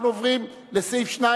סעיף 1